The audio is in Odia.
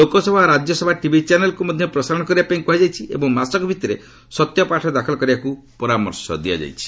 ଲୋକସଭା ଓ ରାଜ୍ୟସଭା ଟିଭି ଚ୍ୟାନେଲ୍କୁ ମଧ୍ୟ ପ୍ରସାରଣ କରିବା ପାଇଁ କୁହାଯାଇଛି ଏବଂ ମାସକ ଭିତରେ ସତ୍ୟପାଠ ଦାଖଲ କରିବାକୁ ପରାମର୍ଶ ଦିଆଯାଇଛି